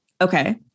Okay